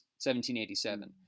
1787